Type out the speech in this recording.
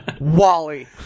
Wally